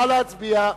נא להצביע.